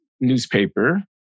newspaper